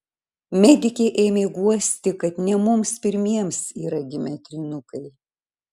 medikė ėmė guosti kad ne mums pirmiems yra gimę trynukai